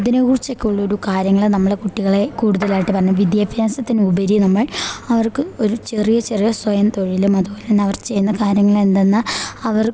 ഇതിനെക്കുറിച്ചൊക്കെ ഉള്ളൊരു കാര്യങ്ങൾ നമ്മൾ കുട്ടികളെ കൂടുതലായിട്ട് പറഞ്ഞ് വിദ്യാഭ്യാസത്തിന് ഉപരി നമ്മൾ അവർക്ക് ഒരു ചെറിയ ചെറിയ സ്വയം തൊഴിലും അതുപോലെ തന്നെ അവർ ചെയ്യുന്ന കാര്യങ്ങൾ എന്തെന്ന് അവർക്ക്